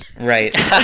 Right